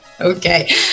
Okay